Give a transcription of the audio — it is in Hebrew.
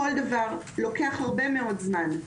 כל דבר לוקח הרבה מאוד זמן,